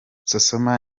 sosoma